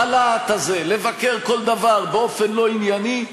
בלהט הזה לבקר כל דבר באופן לא ענייני,